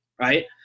Right